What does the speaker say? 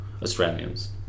australians